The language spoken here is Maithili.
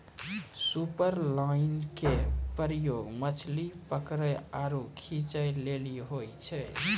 सुपरलाइन के प्रयोग मछली पकरै आरु खींचै लेली होय छै